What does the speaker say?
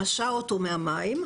משה אותו מהמים,